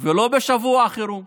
לא בשבוע חירום